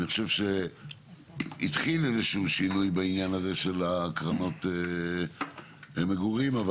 אני חושב שהתחיל איזה שהוא שינוי בעניין הזה של הקרנות מגורים אבל